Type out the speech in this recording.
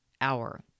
hour